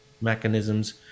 mechanisms